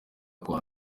kwa